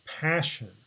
passion